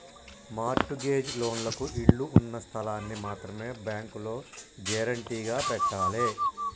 mart gauge లోన్లకు ఇళ్ళు ఉన్న స్థలాల్ని మాత్రమే బ్యేంకులో గ్యేరంటీగా పెట్టాలే